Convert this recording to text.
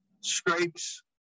scrapes